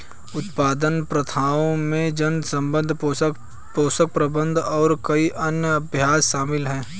उत्पादन प्रथाओं में जल प्रबंधन, पोषण प्रबंधन और कई अन्य अभ्यास शामिल हैं